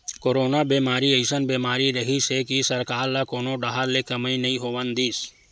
corona बेमारी अइसन बीमारी रिहिस हे कि सरकार ल कोनो डाहर ले कमई नइ होवन दिस